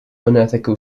unethical